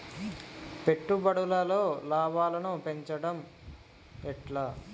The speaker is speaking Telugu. పెట్టుబడులలో లాభాలను పెంచడం ఎట్లా?